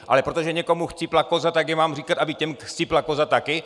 Ale protože někomu chcípla koza, tak já mám říkat, aby těm chcípla koza taky?